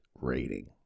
rating